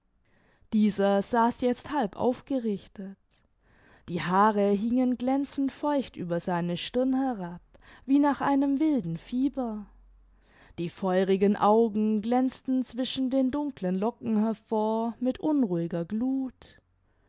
dieser saß jetzt halb aufgerichtet die haare hingen glänzend feucht über seine stirn herab wie nach einem wilden fieber die feurigen augen glänzten zwischen den dunklen locken hervor mit unruhiger gluth